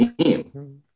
team